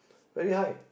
very high